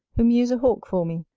who mews a hawk for me,